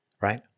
Right